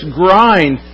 grind